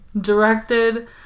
directed